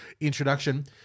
introduction